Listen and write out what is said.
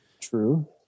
True